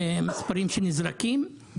מספרים שנזרקים,